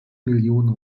millionen